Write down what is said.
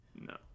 No